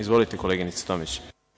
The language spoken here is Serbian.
Izvolite, koleginice Tomić.